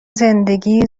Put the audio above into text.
زندگی